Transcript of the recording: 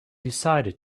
decided